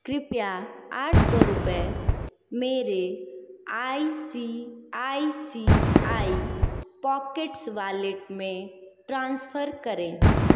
कृपया आठ सौ रुपये मेरे I C I C I pockets wallet में ट्रांसफ़र करें